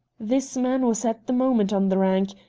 this man was at the moment on the rank,